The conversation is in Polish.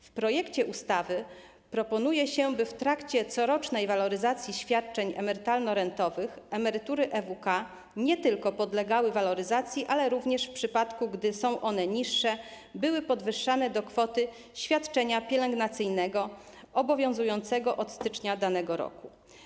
W projekcie ustawy proponuje się, by w trakcie corocznej waloryzacji świadczeń emerytalno-rentowych emerytury EWK nie tylko podlegały waloryzacji, ale również w przypadku gdy są one niższe, były podwyższane do kwoty świadczenia pielęgnacyjnego obowiązującego od stycznia danego roku.